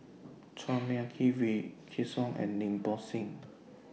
Chua Mia Tee Wykidd Song and Lim Bo Seng